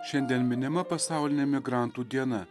šiandien minima pasaulinė migrantų diena